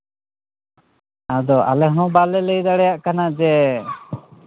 ᱟᱫᱚ ᱟᱞᱮ ᱦᱚᱸ ᱵᱟᱞᱮ ᱞᱟᱹᱭ ᱫᱟᱲᱮᱭᱟᱜ ᱠᱟᱱᱟ ᱡᱮ